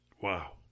Wow